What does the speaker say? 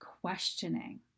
questioning